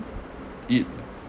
it